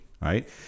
Right